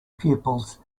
pupils